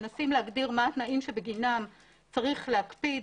מנסים להגדיר מה התנאים שבגינם יש להקפיד,